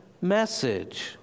message